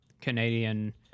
Canadian